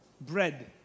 bread